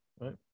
Right